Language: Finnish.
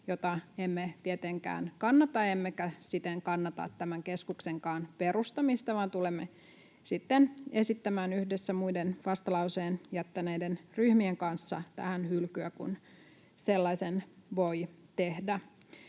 jota emme tietenkään kannata, emmekä siten kannata tämän keskuksenkaan perustamista, vaan tulemme esittämään yhdessä muiden vastalauseen jättäneiden ryhmien kanssa tähän hylkyä sitten, kun sellaisen voi tehdä.